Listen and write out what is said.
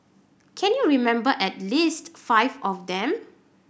can you remember at least five of them